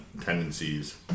tendencies